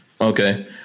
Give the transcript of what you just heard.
Okay